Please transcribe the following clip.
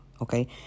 okay